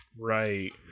Right